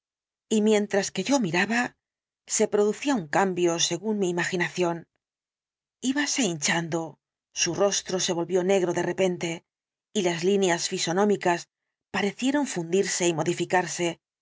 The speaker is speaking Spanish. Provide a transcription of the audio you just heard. y mientras que yo miraba se producía un cambio según mi imaginación íbase hinchando su rostro se volvió negro de repen el dr jekyll te y las líneas fisonómicas parecieron fundirse y modificarse